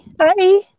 Hi